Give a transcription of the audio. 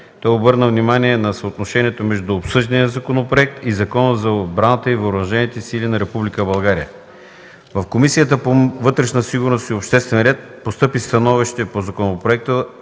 Той обърна внимание на съотношението между обсъждания законопроект и Закона за отбраната и въоръжените сили на Република България. В Комисията по вътрешна сигурност и обществен ред постъпи становище по законопроекта